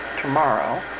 tomorrow